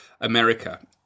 America